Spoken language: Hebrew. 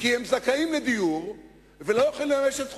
כי הם זכאים לדיור ולא יכולים לממש את זכותם.